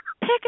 pick